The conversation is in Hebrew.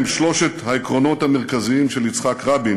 אלה הם שלושת העקרונות המרכזיים של יצחק רבין